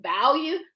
value